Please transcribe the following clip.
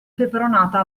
peperonata